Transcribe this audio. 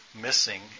missing